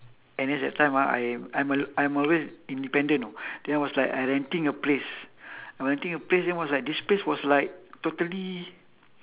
N_S that time ah I'm I'm I'm always independent you know then I was like renting a place I renting a place then was like this place was like totally